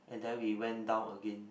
and then we went down again